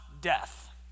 death